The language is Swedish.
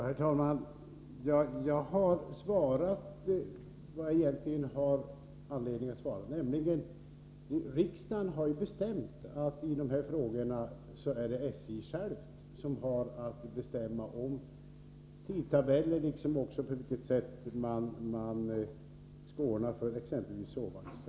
Herr talman! Jag har svarat vad jag egentligen har anledning att svara. Riksdagen har beslutat att det är SJ som i sådana här frågor självständigt får bestämma om tidtabeller liksom på vilket sätt man skall ordna exempelvis sovvagnstrafiken.